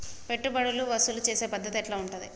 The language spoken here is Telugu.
పెట్టుబడులు వసూలు చేసే పద్ధతి ఎట్లా ఉంటది?